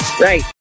Right